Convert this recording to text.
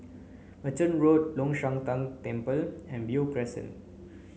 Merchant Road Long Shan Tang Temple and Beo Crescent